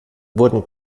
wurden